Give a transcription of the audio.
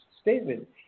statement